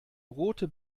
rote